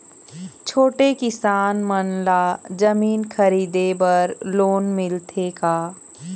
छोटे किसान मन ला जमीन खरीदे बर लोन मिलथे का?